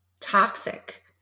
toxic